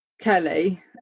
Kelly